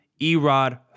Erod